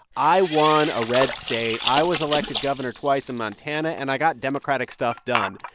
i won a red state. i was elected governor twice in montana, and i got democratic stuff done.